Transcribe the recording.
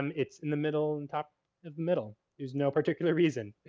um it's in the middle, and top of middle, there's no particular reason.